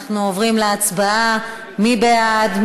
אנחנו עוברים להצבעה, מי בעד?